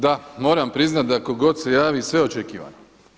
Da, moram priznati da tko god se javi sve očekivano.